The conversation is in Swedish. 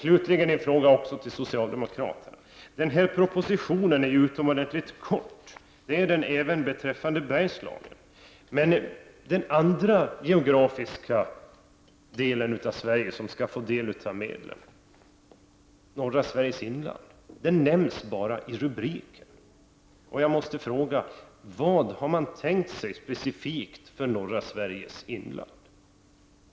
Slutligen vill jag ställa en fråga till socialdemokraterna. Propositionen är utomordentligt kortfattad. Det är den även i den del som gäller Bergslagen. Men den andra geografiska delen av Sverige som skall få del av dessa medel, norra Sveriges inland, nämns bara i rubriken. Jag måste fråga: Vad har man tänkt sig, specifikt, för norra Sveriges inland?